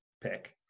pick